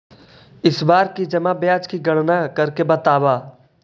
इस बार की जमा ब्याज की गणना करके बतावा